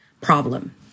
problem